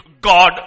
God